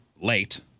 late